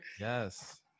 Yes